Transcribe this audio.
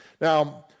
Now